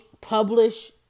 publish